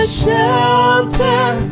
shelter